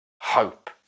hope